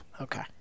Okay